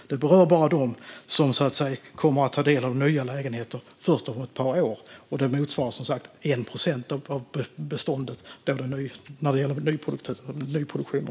Detta berör bara dem som så att säga kommer att ta del av nya lägenheter först om ett par år. Och det motsvarar, som sagt, 1 procent av beståndet, alltså nyproduktionen.